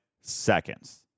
seconds